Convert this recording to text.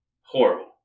Horrible